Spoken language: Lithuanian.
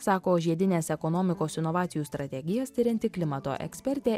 sako žiedinės ekonomikos inovacijų strategijas tirianti klimato ekspertė